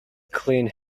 clean